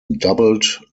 doubled